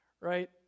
right